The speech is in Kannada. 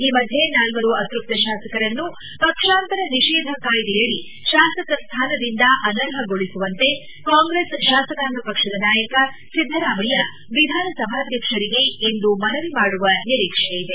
ಈ ಮಧ್ಯೆ ನಾಲ್ವರು ಅತೃಪ್ತ ಶಾಸಕರನ್ನು ಪಕ್ಷಾಂತರ ನಿಷೇಧ ಕಾಯ್ದೆಯಡಿ ಶಾಸಕ ಸ್ಥಾನದಿಂದ ಅನರ್ಹಗೊಳಿಸುವಂತೆ ಕಾಂಗ್ರೆಸ್ ಶಾಸಕಾಂಗ ಪಕ್ಷದ ನಾಯಕ ಸಿದ್ದರಾಮಯ್ಯ ವಿಧಾನಸಭಾಧ್ಯಕ್ಷರಿಗೆ ಇಂದು ಮನವಿ ಮಾಡುವ ನಿರೀಕ್ಷೆಯಿದೆ